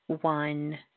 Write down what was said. one